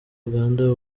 uganda